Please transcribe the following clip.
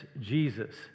Jesus